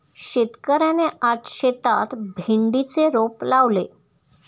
शेतकऱ्याने आज शेतात भेंडीचे रोप लावले